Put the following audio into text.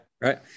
right